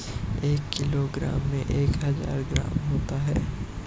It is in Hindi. एक किलोग्राम में एक हज़ार ग्राम होते हैं